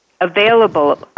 available